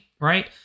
right